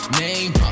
name